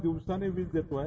दिवसांनी वीज देतो आहे